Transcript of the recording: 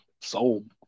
Sold